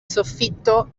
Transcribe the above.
soffitto